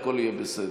הכול יהיה בסדר.